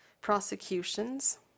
prosecutions